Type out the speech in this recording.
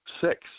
six